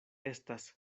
estas